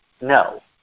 no